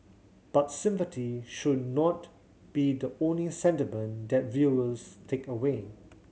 but sympathy should not be the only sentiment that viewers take away